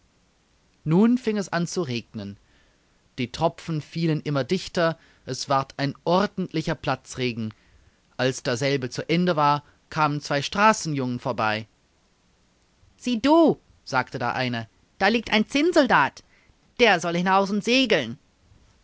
nun fing es an zu regnen die tropfen fielen immer dichter es ward ein ordentlicher platzregen als derselbe zu ende war kamen zwei straßenjungen vorbei sieh du sagte der eine da liegt ein zinnsoldat der soll hinaus und segeln